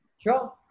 sure